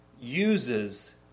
uses